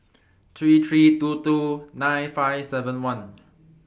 three three two two nine five seven one